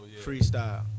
freestyle